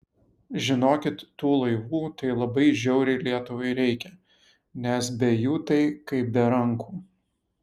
žinokit tų laivų tai labai žiauriai lietuvai reikia nes be jų tai kaip be rankų